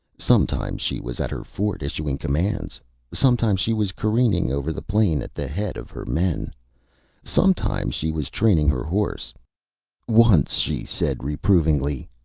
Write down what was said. sometimes she was at her fort, issuing commands sometimes she was careering over the plain at the head of her men sometimes she was training her horse once she said, reprovingly,